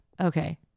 Okay